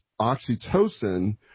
oxytocin